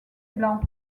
blanc